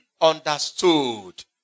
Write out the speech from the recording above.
understood